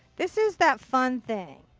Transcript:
this is that fun thing.